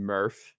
Murph